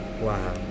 Wow